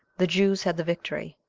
the jews had the victory.